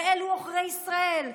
ואלה עוכרי ישראל,